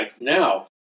now